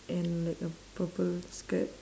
and like a purple skirt